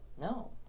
No